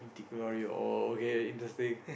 glory okay interesting